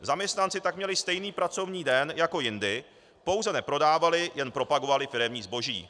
Zaměstnanci tak měli stejný pracovní den jako jindy, pouze neprodávali, jen propagovali firemní zboží.